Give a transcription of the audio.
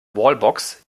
wallbox